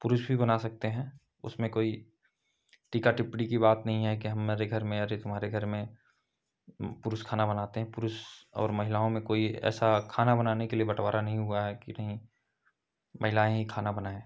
पुरुष भी बना सकते हैं उसमें कोई टीका टिप्पणी की बात नहीं है कि हमारे घर में अरे तुम्हारे घर में पुरुष खाना बनाते हैं पुरुष और महिलाओं में कोई ऐसा खाना बनाने के लिए बटवारा नहीं हुआ है कि नहीं महिलाएँ ही खाना बनाएँ